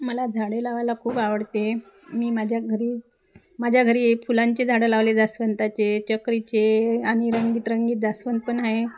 मला झाडे लावायला खूप आवडते मी माझ्या घरी माझ्या घरी फुलांचे झाडं लावले जास्वंदाचे चक्रीचे आणि रंगीतरंगीत जास्वंद पण आहे